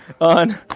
on